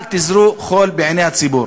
אל תזרו חול בעיני הציבור.